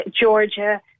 Georgia